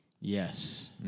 Yes